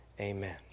Amen